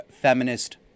feminist